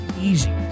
easy